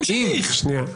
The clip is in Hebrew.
תמשיך את הציטוט.